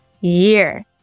year